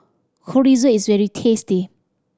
Chorizo is very tasty